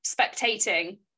spectating